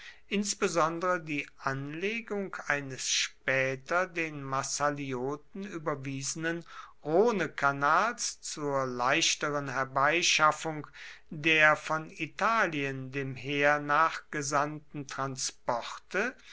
insbesondere die anlegung eines später den massalioten überwiesenen rhonekanals zur leichteren herbeischaffung der von italien dem heer nachgesandten